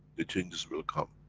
the changes will come.